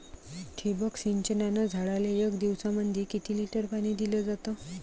ठिबक सिंचनानं झाडाले एक दिवसामंदी किती लिटर पाणी दिलं जातं?